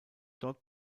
dort